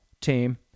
team